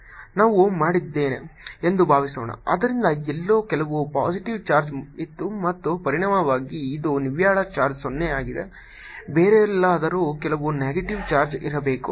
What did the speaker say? ನಾನು ಮಾಡಿದ್ದೇನೆ ಎಂದು ಭಾವಿಸೋಣ ಆದ್ದರಿಂದ ಎಲ್ಲೋ ಕೆಲವು ಪಾಸಿಟಿವ್ ಚಾರ್ಜ್ ಇತ್ತು ಮತ್ತು ಪರಿಣಾಮವಾಗಿ ಇದು ನಿವ್ವಳ ಚಾರ್ಜ್ 0 ಆಗಿದೆ ಬೇರೆಲ್ಲಾದರೂ ಕೆಲವು ನೆಗೆಟಿವ್ ಚಾರ್ಜ್ ಇರಬೇಕು